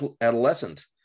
adolescent